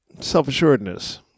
self-assuredness